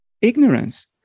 ignorance